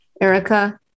Erica